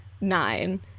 nine